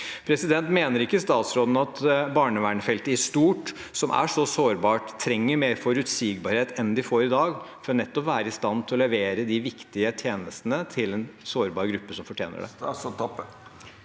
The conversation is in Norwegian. Mener ikke statsråden at barnevernfeltet i stort, som er så sårbart, trenger mer forutsigbarhet enn det får i dag, nettopp for å være i stand til å levere de viktige tjenestene til en sårbar gruppe som fortjener det?